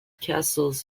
castles